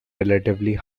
relatively